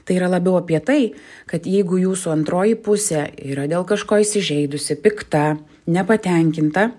tai yra labiau apie tai kad jeigu jūsų antroji pusė yra dėl kažko įsižeidusi pikta nepatenkinta